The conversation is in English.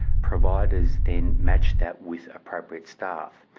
providers then match that with appropriate staff.